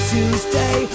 Tuesday